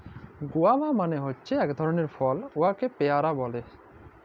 guava মালে হছে ইক ধরলের ফল উয়াকে পেয়ারা ব্যলে